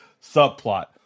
subplot